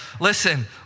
listen